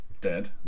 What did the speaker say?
Dead